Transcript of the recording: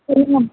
சரிங்க மேம்